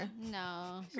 No